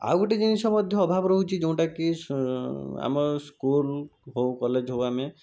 ଆଉ ଗୋଟିଏ ଜିନିଷ ମଧ୍ୟ ଅଭାବ ରହୁଛି ଯେଉଁଟା କି ଆମ ସ୍କୁଲ ହେଉ କଲେଜ ହେଉ ଆମେ